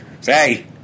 Say